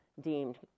deemed